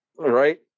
Right